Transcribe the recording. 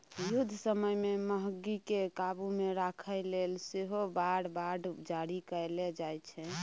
युद्ध समय मे महगीकेँ काबु मे राखय लेल सेहो वॉर बॉड जारी कएल जाइ छै